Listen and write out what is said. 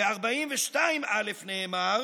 ב-42(א) נאמר